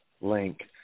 link